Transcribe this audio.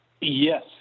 Yes